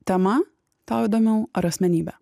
tema tau įdomiau ar asmenybė